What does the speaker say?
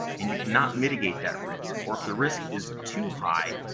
and you cannot mitigate that risk, or if the risk is too high,